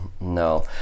no